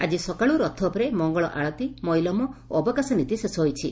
ଆଜି ସକାଳୁ ରଥ ଉପରେ ମଙ୍ଗଳ ଆଳତୀ ମଇଲମ ଓ ଅବକାଶ ନୀତି ଶେଷ ହୋଇଛି